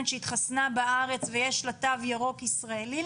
שהתחסנה בארץ ויש לה תו ירוק ישראלי,